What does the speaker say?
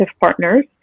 partners